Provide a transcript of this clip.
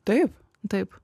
taip taip